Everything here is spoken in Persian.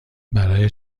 برای